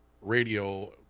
radio